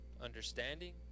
understanding